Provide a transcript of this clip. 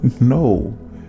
No